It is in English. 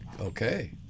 okay